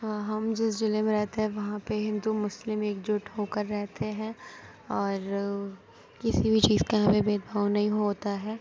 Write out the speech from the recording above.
ہاں ہم جس ضلع میں رہتے ہیں وہاں پہ ہندو مسلم ایک جُٹ ہو کر رہتے ہیں اور کسی بھی چیز کا ہمیں بھید بھاؤ نہیں ہوتا ہے